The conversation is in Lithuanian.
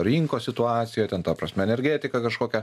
rinkos situacija ten ta prasme energetika kažkokia